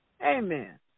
Amen